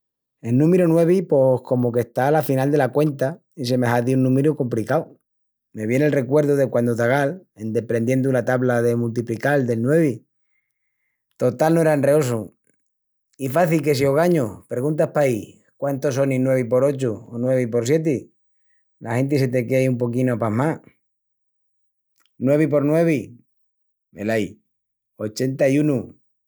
El númiru nuevi pos comu qu'está ala final dela cuenta i se me hazi un númiru compricau. Me vien el recuerdu de quandu zagal, en deprendiendu la tabla de multiprical del nuevi. Total no era enreosu! I faci que si ogañu perguntas paí quántu sonin nuevi por ochu, o nuevi por sieti, la genti se te quei un poquinu apasmá. Nuevi por nuevi, velaí, ochenta-i-unu.